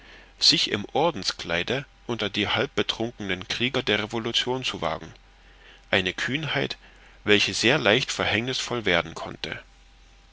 sich im ordenskleide unter die halb betrunkenen krieger der revolution zu wagen eine kühnheit welche sehr leicht verhängnißvoll werden konnte